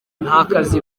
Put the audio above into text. ntakazi